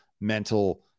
mental